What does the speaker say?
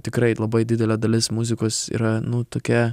tikrai labai didelė dalis muzikos yra nu tokia